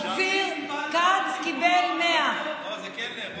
אופיר כץ קיבל 100. לא, זה קלנר.